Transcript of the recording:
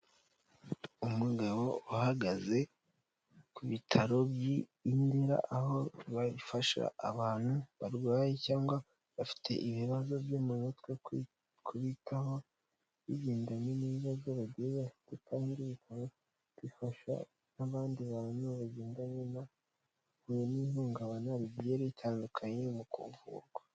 Umugabo uhagaze ku bitaro by'i Ndera, aho bifasha abantu barwaye cyangwa bafite ibibazo byo mu mutwe, kubitaho bigendanye n'ibibazo bagiye bafite kandi ni ibitaro bifasha n'abandi bantu bagendanye n'ihungabana rigiye ritandukanye mu kuvuka.